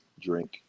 drink